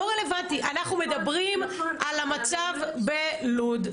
אנחנו מדברים על המצב בלוד.